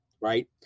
right